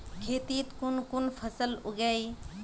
खेतीत कुन कुन फसल उगेई?